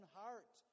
heart